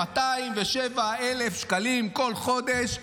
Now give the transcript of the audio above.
207,000 שקלים כל חודש.